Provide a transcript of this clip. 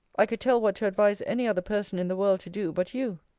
i could tell what to advise any other person in the world to do but you.